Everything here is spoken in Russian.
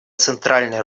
центральной